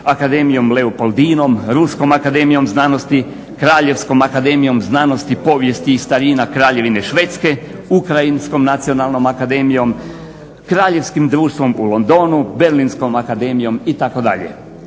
Akademijom Leopodinom, Ruskom akademijom znanosti, Kraljevskom akademijom znanosti, povijesti i starina Kraljevine Švedske, Ukrajinskom nacionalnom akademijom, Kraljevskim društvom u Londonu, Berlinskom akademijom itd.